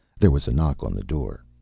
there was a knock on the door.